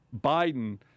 Biden